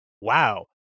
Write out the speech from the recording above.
wow